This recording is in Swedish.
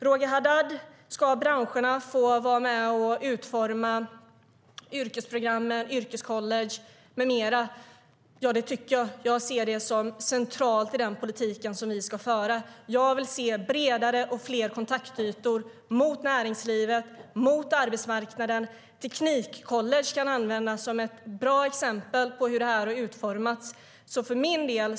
Roger Haddad undrar om branscherna ska få vara med och utforma yrkesprogrammen, yrkescollege med mera. Ja, det tycker jag. Jag ser det som centralt i den politik som vi ska föra. Jag vill se bredare och fler kontaktytor mot näringslivet och mot arbetsmarknaden. Teknikcollege kan användas som ett bra exempel på hur det här har utformats.